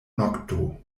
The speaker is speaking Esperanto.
nokto